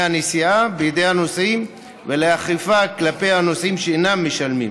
הנסיעה בידי הנוסעים ולאכיפה כלפי הנוסעים שאינם משלמים.